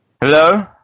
Hello